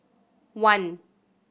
one